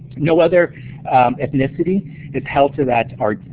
no other ethnicity is held to that